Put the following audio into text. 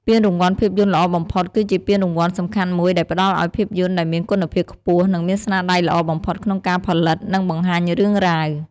ពានរង្វាន់ភាពយន្តល្អបំផុត គឺជាពានរង្វាន់សំខាន់មួយដែលផ្តល់ឲ្យភាពយន្តដែលមានគុណភាពខ្ពស់ និងមានស្នាដៃល្អបំផុតក្នុងការផលិត និងបង្ហាញរឿងរ៉ាវ។